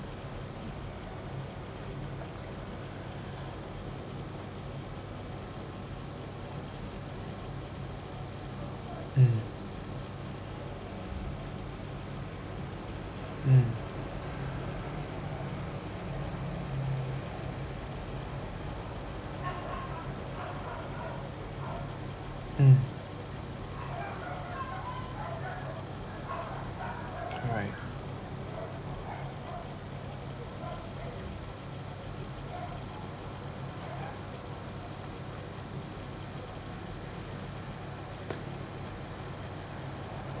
mm mm mm